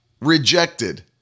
rejected